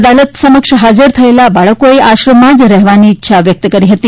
અદાલત સમક્ષ હાજર થયેલા બાળકોએ આશ્રમમાં જ રહેવાની ઇચ્છા વ્યક્ત કરી હતી